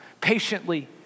patiently